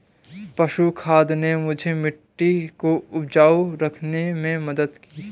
पशु खाद ने मुझे मिट्टी को उपजाऊ रखने में मदद की